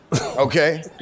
Okay